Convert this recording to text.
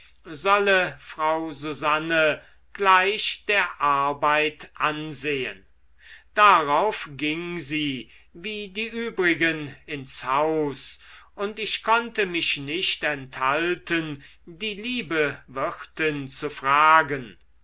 solle frau susanne gleich der arbeit ansehen darauf ging sie wie die übrigen ins haus und ich konnte mich nicht enthalten die liebe wirtin zu fragen